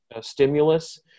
stimulus